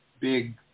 big